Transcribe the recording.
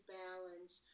balance